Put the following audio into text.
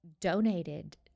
donated